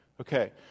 Okay